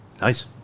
Nice